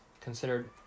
considered